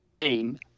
team